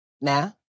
Now